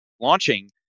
launching